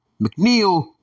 McNeil